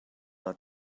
that